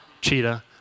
Cheetah